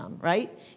right